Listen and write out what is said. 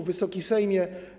Wysoki Sejmie!